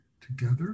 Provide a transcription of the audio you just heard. together